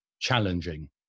challenging